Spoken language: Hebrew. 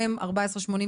מ/1485,